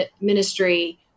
ministry